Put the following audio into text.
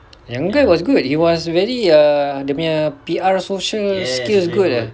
younger guy was good he was very err dia punya P_R social skills good ah